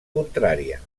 contrària